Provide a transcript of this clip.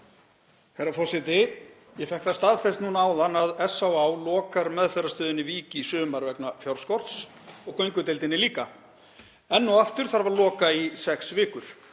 Herra forseti. Ég fékk það staðfest núna áðan að SÁÁ lokar meðferðarstöðinni Vík í sumar vegna fjárskorts og göngudeildinni líka. Enn og aftur þarf að loka í sex vikur.